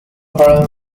parallel